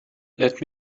let